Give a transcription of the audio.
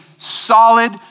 solid